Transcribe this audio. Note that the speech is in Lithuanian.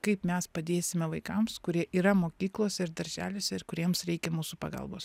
kaip mes padėsime vaikams kurie yra mokyklose ir darželiuose ir kuriems reikia mūsų pagalbos